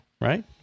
Right